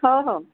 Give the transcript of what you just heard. हो हो